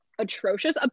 atrocious